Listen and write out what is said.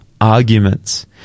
arguments